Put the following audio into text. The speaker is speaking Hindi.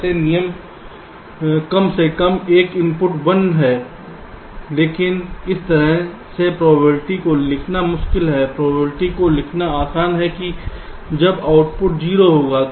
वैसे नियम कम से कम एक इनपुट 1 है लेकिन इस तरह से प्रोबेबिलिटी को लिखना मुश्किल है प्रोबेबिलिटी को लिखना आसान है कि जब आउटपुट 0 होगा